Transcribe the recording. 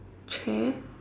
chair